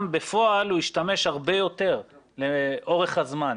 בפועל הוא ישתמש הרבה יותר לאורך הזמן.